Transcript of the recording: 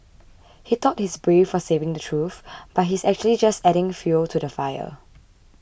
he thought he's brave for saying the truth but he's actually just adding fuel to the fire